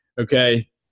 okay